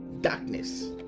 darkness